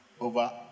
over